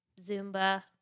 Zumba